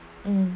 um